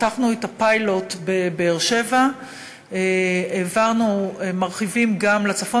פתחנו את הפיילוט בבאר-שבע, ומרחיבים גם לצפון.